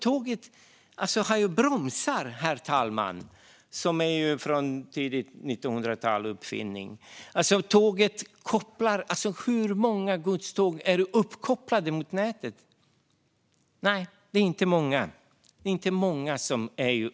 Tåget har bromsar - en uppfinning från tidigt 1900-tal. Hur många godståg är uppkopplade mot nätet? Det är inte många.